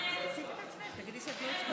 קרן, גם אני.